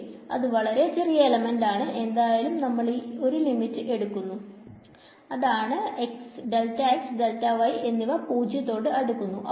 ശെരി അത് വളരെ ചെറിയ എലമെന്റ് ആണ് എന്തായാലും നമ്മൾ ഈ ഒരു ലിമിറ്റ് എടുക്കുക ആണ് എന്നിവ പൂജയത്തോട് അടുക്കുന്നു